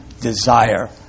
desire